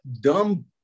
dumb